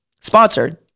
Sponsored